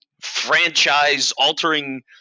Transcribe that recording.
franchise-altering –